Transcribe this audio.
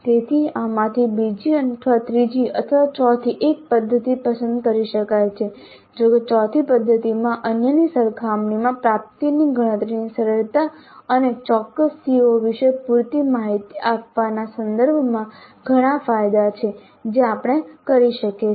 તેથી આમાંથી બીજી અથવા ત્રીજી અથવા ચોથી એક પદ્ધતિ પસંદ કરી શકાય છે જોકે ચોથી પદ્ધતિમાં અન્યની સરખામણીમાં પ્રાપ્તિની ગણતરીની સરળતા અને ચોક્કસ સીઓ વિશે પૂરતી માહિતી આપવાના સંદર્ભમાં ઘણા ફાયદા છે જે આપણે કરી શકીએ છીએ